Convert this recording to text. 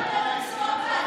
פעם שנייה.